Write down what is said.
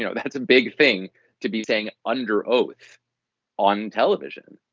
you know that's a big thing to be saying under oath on television.